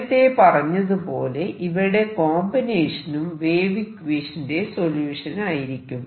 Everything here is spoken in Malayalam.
നേരത്തെ പറഞ്ഞതുപോലെ ഇവയുടെ കോമ്പിനേഷനും വേവ് ഇക്വേഷന്റെ സൊല്യൂഷൻ ആയിരിക്കും